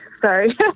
sorry